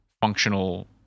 functional